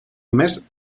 més